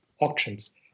auctions